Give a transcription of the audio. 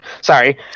Sorry